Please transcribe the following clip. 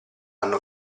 hanno